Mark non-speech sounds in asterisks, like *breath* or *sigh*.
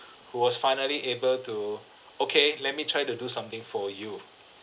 *breath* who was finally able to okay let me try to do something for you